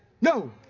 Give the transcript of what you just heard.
no